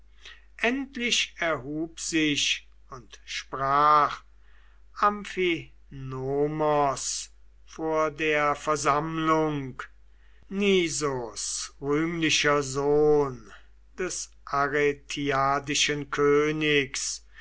endlich erhub sich und sprach amphinomos vor der versammlung nisos rühmlicher sohn des aretiadischen königs